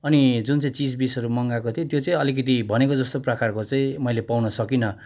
अनि जुन चाहिँ चिजबिजहरू मगाएको थिएँ त्यो चाहिँ अलिकति भनेको जस्तो प्रकारको चाहिँ मैले पाउन सकिनँ